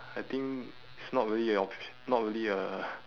I think it's not really a opti~ not really uh